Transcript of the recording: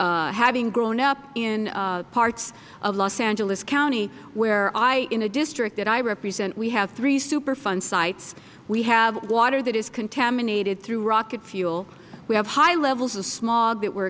having grown up in parts of los angeles county where in a district that i represent we have three superfund sites we have water that is contaminated through rocket fuel we have high levels of smog that we are